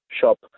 shop